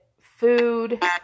food